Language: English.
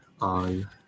on